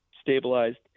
stabilized